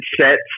sets